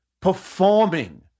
performing